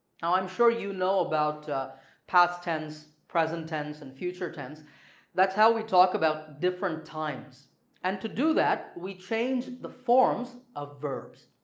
i'm sure you know about past tense, present tense and future tense that's how we talk about different times and to do that we change the forms of verbs.